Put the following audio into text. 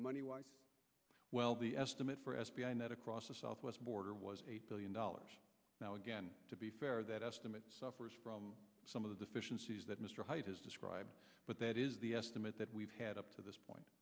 money wise well the estimate for f b i net across the southwest border was eight billion dollars now again to be fair that estimate suffers from some of the deficiencies that mr hyde has described but that is the estimate that we've had up to this point